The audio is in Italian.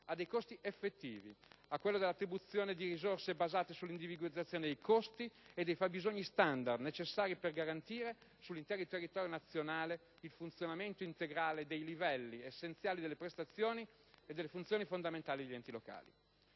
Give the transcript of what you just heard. a dei costi effettivi, a quello dell'attribuzione di risorse basate sull'individuazione dei costi e dei fabbisogni standard necessari a garantire sull'intero territorio nazionale il finanziamento integrale dei livelli essenziali delle prestazioni e delle funzioni fondamentali degli enti locali.